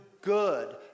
good